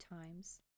times